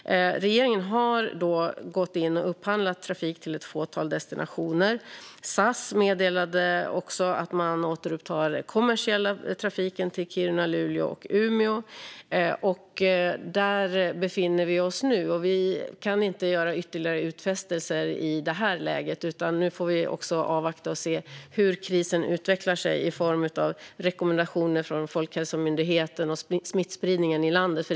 Regeringen har gått in och upphandlat trafik till ett fåtal destinationer. SAS har också meddelat att man återupptar den kommersiella trafiken till Kiruna, Luleå och Umeå. Där befinner vi oss nu, och vi kan inte göra ytterligare utfästelser i det här läget. Nu får vi avvakta och se hur krisen utvecklar sig i form av rekommendationer från Folkhälsomyndigheten och smittspridningen i landet.